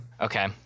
okay